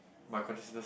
my consciousness